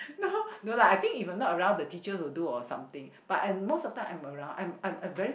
no lah I think if I'm not around the teachers will do or something but I most of the time I'm around I'm I'm I'm very